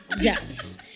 Yes